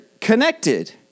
connected